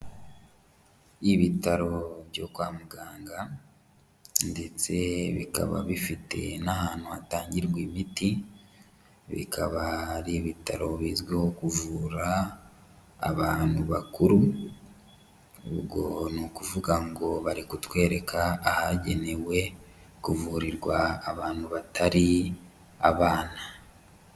Ibitaro byo kwa muganga ndetse bikaba bifite n'ahantu hatangirwa imiti, bikaba ari ibitaro bizwiho kuvura abantu bakuru, ubwo ni ukuvuga ngo bari kutwereka ahagenewe kuvurirwa abantu batari abana.